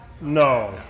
No